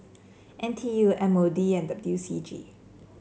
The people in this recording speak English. N T U M O D and W C G